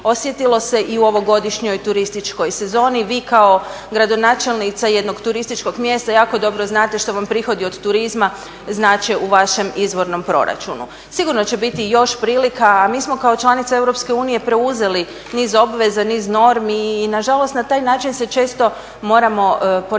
osjetilo se i u ovogodišnjoj turističkoj sezoni. Vi kao gradonačelnica jednog turističkog mjesta jako dobro znate što vam prihodi od turizma znače u vašem izvornom proračunu. Sigurno će biti još prilika, a mi smo kao članica EU preuzeli niz obveza, niz normi i nažalost na taj način se često moramo ponašati.